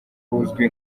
buzwi